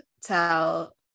tell